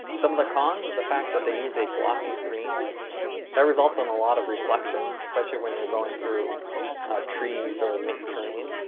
some of the cons is the fact that they use a glossy screen that results in a lot of reflections especially when you're going through ah trees or mixed terrain.